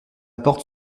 porte